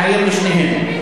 להעיר לשניהם.